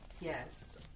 yes